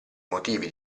motivi